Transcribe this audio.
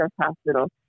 hospital